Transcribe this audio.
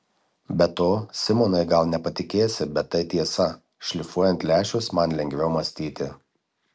be to simonai gal nepatikėsi bet tai tiesa šlifuojant lęšius man lengviau mąstyti